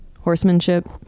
horsemanship